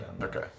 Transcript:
Okay